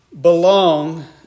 belong